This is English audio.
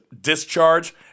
Discharge